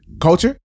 culture